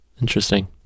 Interesting